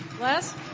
Les